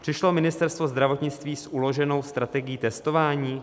Přišlo Ministerstvo zdravotnictví s uloženou strategií testování?